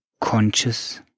conscious